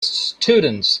students